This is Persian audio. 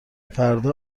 فردا